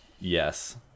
Yes